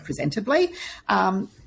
presentably